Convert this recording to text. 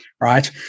right